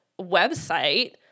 website